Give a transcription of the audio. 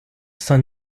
saint